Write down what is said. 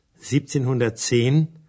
1710